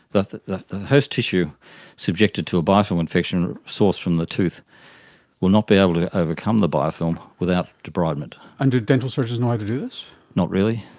the the host tissue subjected to a biofilm infection sourced from the tooth will not be able to overcome the biofilm without debridement. and do dental surgeons know how to do this? not really,